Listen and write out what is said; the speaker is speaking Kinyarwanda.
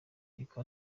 ariko